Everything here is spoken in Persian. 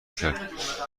کرد